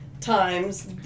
times